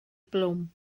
blwm